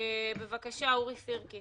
ביוזמה משותפת עם חבר הכנסת מיקי לוי,